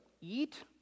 eat